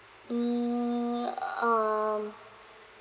mm um